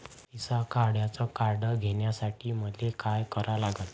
पैसा काढ्याचं कार्ड घेण्यासाठी मले काय करा लागन?